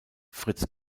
fritz